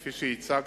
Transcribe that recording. כפי שהצגת,